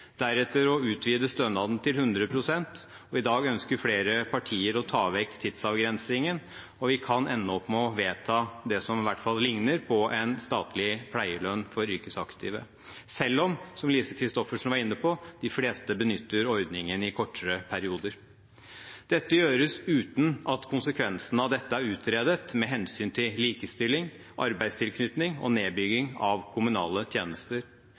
deretter å utvide stønaden til 100 pst. I dag ønsker flere partier å ta vekk tidsavgrensningen, og vi kan ende opp med å vedta det som iallfall ligner på en statlig pleielønn for yrkesaktive, selv om, som Lise Christoffersen var inne på, de fleste benytter ordningen i kortere perioder. Dette gjøres uten at konsekvensene av dette er utredet med hensyn til likestilling, arbeidstilknytning og nedbygging av kommunale tjenester.